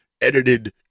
edited